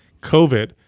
COVID